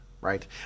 right